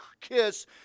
kiss